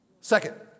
second